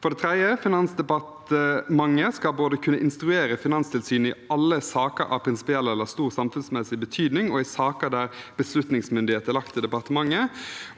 Finansdepartementet skal både kunne instruere Finanstilsynet i alle saker av prinsipiell eller stor samfunnsmessig betydning og i saker der beslutningsmyndighet er lagt til departementet,